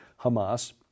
Hamas